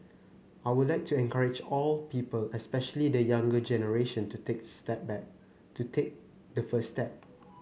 I would like to encourage all people especially the younger generation to take step back to take the first step